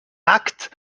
acte